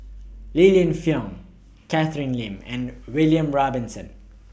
Li Lienfung Catherine Lim and William Robinson